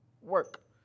Work